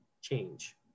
change